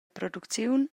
producziun